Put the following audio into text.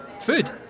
Food